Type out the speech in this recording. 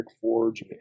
Forge